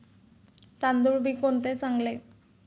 तांदूळ बी कोणते चांगले?